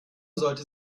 sollte